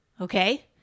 Okay